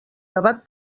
debat